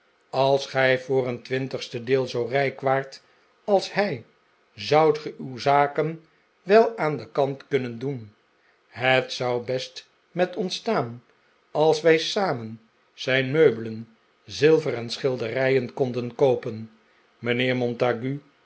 als gij voor een twintigste deel zoo rijk waart als hij zoudt ge uw zaken wel aan den kant kunnen doen het zou best met ons staan als wij samen zijn meubelen zilver en schilderijen konden koopen mijnheer montague